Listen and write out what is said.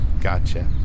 Gotcha